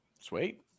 Sweet